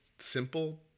simple